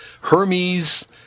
Hermes